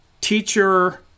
teacher